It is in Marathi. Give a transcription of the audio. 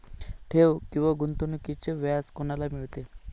ठेव किंवा गुंतवणूकीचे व्याज कोणाला मिळते?